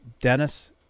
Dennis